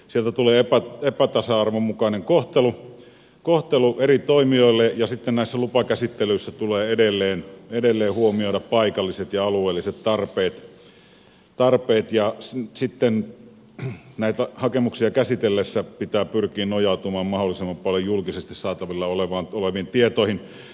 sieltä tulee epätasa arvon mukainen kohtelu eri toimijoille ja sitten näissä lupakäsittelyissä tulee edelleen huomioida paikalliset ja alueelliset tarpeet ja sitten näitä hakemuksia käsitellessä pitää pyrkiä nojautumaan mahdollisimman paljon julkisesti saatavilla oleviin tietoihin